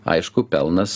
aišku pelnas